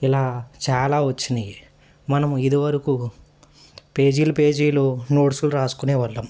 ఇలా చాలా వచ్చినవి మనం ఇదివరకు పేజీలు పేజీలు నోట్స్లు రాసుకునే వాళ్లం